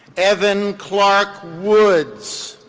evan clarke woods.